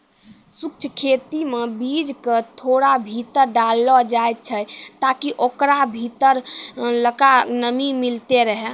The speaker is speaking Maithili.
शुष्क खेती मे बीज क थोड़ा भीतर डाललो जाय छै ताकि ओकरा भीतरलका नमी मिलतै रहे